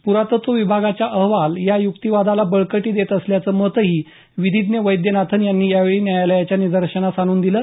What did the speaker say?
पुरातत्व विभागाचा अहवाल या युक्तिवादाला बळकटी देत असल्याचं मतही विधीज्ञ वैद्यनाथन यांनी यावेळी न्यायालयाच्या निदर्शनास आणून दिलं